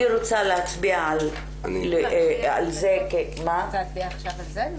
אני רוצה להצביע על זה --- את רוצה להצביע עכשיו על זה?